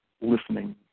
listening